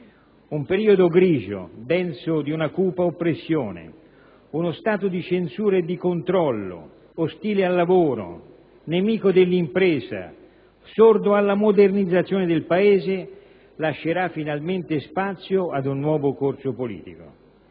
Un periodo grigio, denso di una cupa oppressione, uno Stato di censura e di controllo, ostile al lavoro, nemico dell'impresa, sordo alla modernizzazione del Paese lascerà finalmente spazio ad un nuovo corso politico.